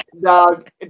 Dog